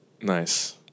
Nice